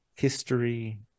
history